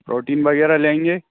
protein वगैरह लेंगे